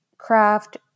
craft